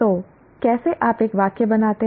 तोकैसे आप एक वाक्य बनाते हैं